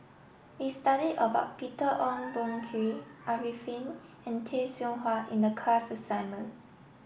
we studied about Peter Ong Boon Kwee Arifin and Tay Seow Huah in the class assignment